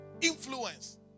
influence